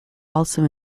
also